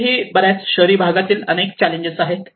तरीही बऱ्याच शहरी भागातील अनेक चॅलेंजेस आहेत